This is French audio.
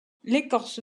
l’écorce